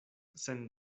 sen